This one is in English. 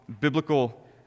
biblical